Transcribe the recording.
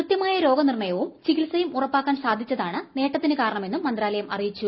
കൃത്യമായ രോഗനിർണയവും ചികിൽസയും ഉറപ്പാക്കാൻ സാധിച്ചതാണ് നേട്ടത്തിന് കാരണമെന്നും മന്ത്രാലയം ് അറിയിച്ചു